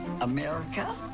America